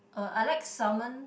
uh I like salmon